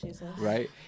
right